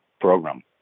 program